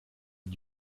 ihn